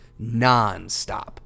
nonstop